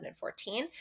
2014